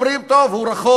הם לא הצליחו